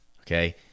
Okay